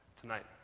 tonight